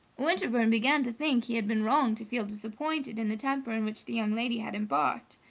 winterbourne began to think he had been wrong to feel disappointed in the temper in which the young lady had embarked.